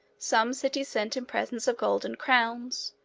some cities sent him presents of golden crowns,